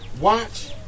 watch